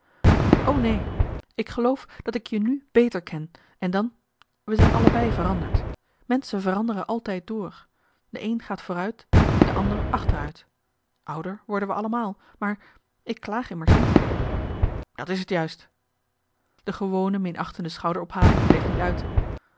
neen ik geloof dat ik je nu beter ken en dan we zijn allebei veranderd menschen veranderen altijd door de een gaat vooruite de ander achteruit ouder worden we allemaal maar ik klaag immers niet dat is t juist de gewone minachtende schouderophaling bleef niet uit